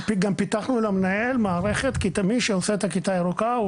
גם פתחנו למנהל מערכת שעושה את הכיתה ירוקה,